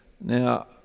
now